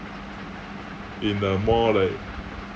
in a more like